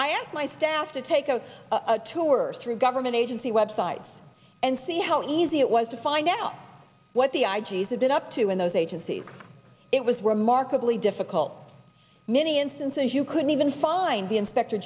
i asked my staff to take a tour through government agency websites and see how easy it was to find out what the i g s have been up to in those agencies it was remarkably difficult many instances you couldn't even find the inspector